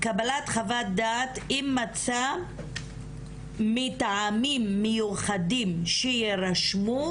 "קבלת חוות דעת אם מצא מטעמים מיוחדים שיירשמו,